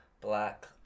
black